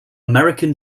american